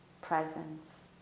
presence